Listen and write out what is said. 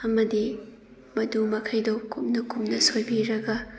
ꯑꯃꯗꯤ ꯃꯗꯨ ꯃꯈꯩꯗꯣ ꯀꯨꯞꯅ ꯀꯨꯞꯅ ꯁꯣꯏꯕꯤꯔꯒ